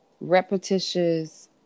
repetitious